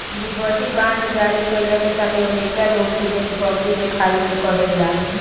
liberty bond जारी कईला के साथे अमेरिका लोग से देशभक्ति देखावे के कहेला